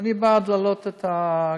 אני בעד להעלות את הגירעון.